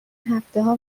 هفتهها